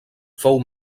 fou